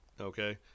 Okay